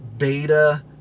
Beta